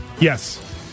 Yes